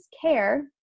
Care